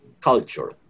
culture